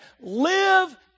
Live